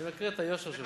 אני מכיר את היושר שלך.